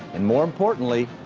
and more importantly,